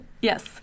Yes